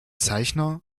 zeichner